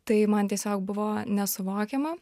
tai man tiesiog buvo nesuvokiama